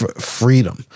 freedom